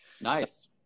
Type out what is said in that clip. nice